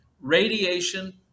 radiation